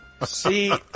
See